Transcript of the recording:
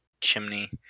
chimney